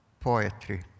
Poetry